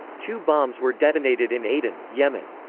two bombs were detonated in aden, yemen.